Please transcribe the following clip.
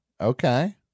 okay